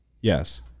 Yes